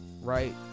right